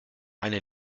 eine